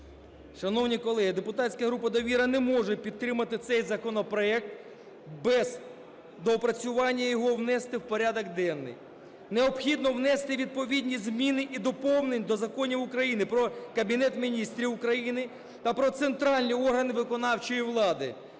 Шановні колеги, депутатська група "Довіра" не може підтримати цей законопроект, без доопрацювання його внести в порядок денний. Необхідно внести відповідні зміни і доповнення до Законів України "Про Кабінет Міністрів України" та "Про центральні органи виконавчої влади"